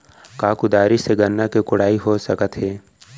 का कुदारी से गन्ना के कोड़ाई हो सकत हे?